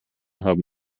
haben